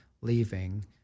leaving